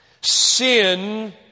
Sin